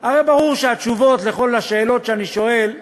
הרי ברור שהתשובות לכל השאלות שאני שואל הן: